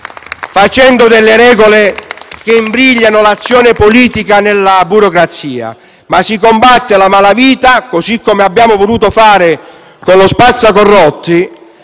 facendo delle regole che imbrigliano l'azione politica nella burocrazia. Si combatte la malavita, così come abbiamo voluto fare con lo "spazza corrotti",